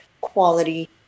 quality